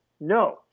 No